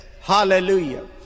Hallelujah